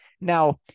Now